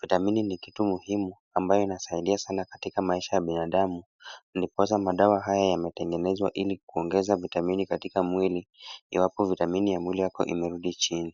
Vitamini ni kitu muhimu ambayo inadaidia sana katika maisha ya binadamu, ndiposa madawa haya yametengenezwa ili kuongeza vitamini katika mwili iwapo vitamini ya mwili wako imerudi chini.